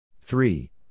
Three